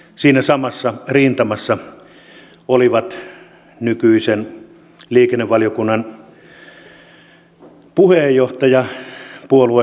siinä samassa rintamassa oli liikennevaliokunnan nykyinen puheenjohtaja perussuomalaisista